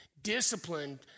disciplined